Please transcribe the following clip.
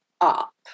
up